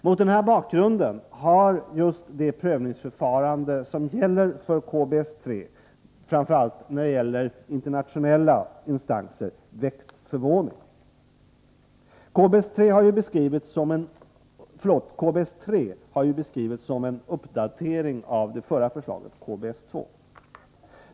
Mot denna bakgrund har just prövningsförfarandet i samband med KBS-3-förslaget, framför allt när det gäller de internationella instanserna, väckt förvåning. KBS-3-förslaget har beskrivits som en uppdatering av ett tidigare förslag, nämligen KBS-2.